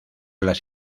las